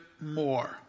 more